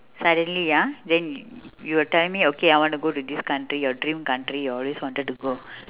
suddenly ah then you were telling me okay I want to go to this country your dream country you always wanted to go